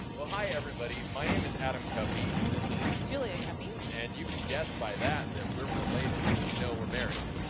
well hi, everybody. my name is adam cuppy and this is julia cuppy. and you can guess by that that we're related. no we're married.